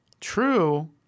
True